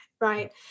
right